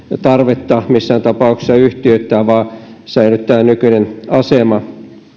tarvetta missään tapauksessa yhtiöittää vaan tulee säilyttää nykyinen asema